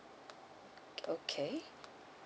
okay